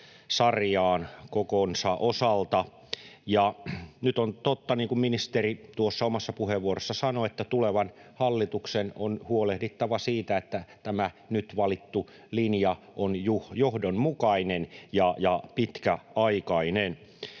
sarjaan kokonsa osalta. Nyt on totta, niin kuin ministeri tuossa omassa puheenvuorossaan sanoi, että tulevan hallituksen on huolehdittava siitä, että tämä nyt valittu linja on johdonmukainen ja pitkäaikainen.